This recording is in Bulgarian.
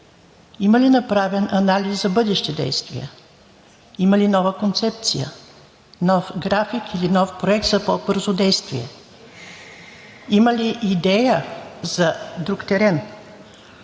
има ли направен анализ за бъдещи действия? Има ли нова концепция, нов график или нов проект за по-бързо действие? Има ли идея за друг терен?